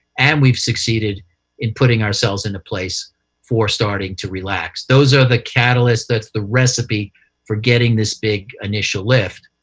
and we've succeeded in putting ourselves in a place for starting to relax. those are the catalysts. that's the recipe for getting this big initial lift.